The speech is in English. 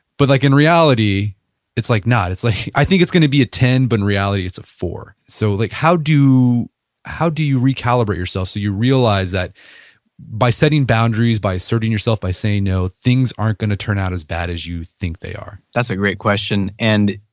but like in reality it's like not. like i think it's gonna be a ten but in reality it's a four. so like how do how do you recalibrate yourself so you realize that by setting boundaries, by asserting yourself, but saying no, things aren't gonna turn out as bad as you think they are? that's a great question. and